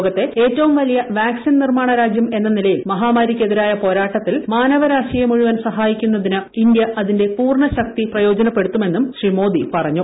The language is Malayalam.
ലോകത്തെ ഏറ്റവും വലിയ വാക്സിൻ നിർമ്മാണ രാജ്യം എന്ന നിലയിൽ മഹാമാരിക്ക് എതിരായ പോരാട്ടത്തിൽ മാനവരാശിയെ മുഴുവൻ സഹായിക്കുന്നതിന് ഇന്ത്യ അതിന്റെ പൂർണ ശക്തി പ്രയോജനപ്പെടുത്തുമെന്നും അദ്ദേഹം പറഞ്ഞു